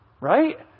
right